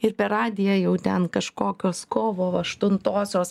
ir per radiją jau ten kažkokios kovo aštutosios